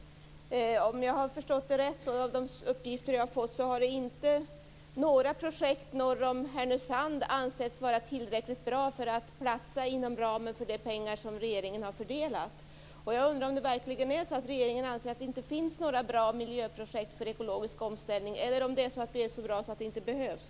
Om jag har förstått det rätt av de uppgifter jag har fått har inte något projekt norr om Härnösand ansetts vara tillräckligt bra för att platsa inom ramen för de pengar som regeringen har fördelat. Jag undrar om det verkligen är så att regeringen anser att det inte finns några bra miljöprojekt för ekologisk omställning, eller om vi är så bra att de inte behövs.